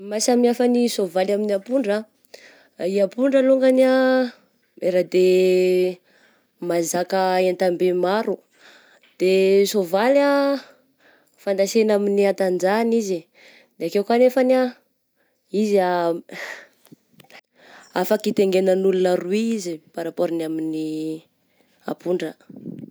Ny maha samy hafa ny soavaly amin'ny ampondra ah, i ampondra longany ah miara-de-mazaka entambe maro, de soavaly ah fadaisena amy hatanjaha izy, de akeo ko nefany ah izy ah afaky itengenany olona roy izy par rapport ny amin'ny ampondra.